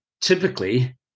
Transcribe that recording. typically